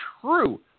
true